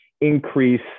increase